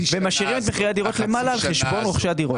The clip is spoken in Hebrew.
והם משאירים את מחירי הדירות למעלה על חשבון רוכשי הדירות.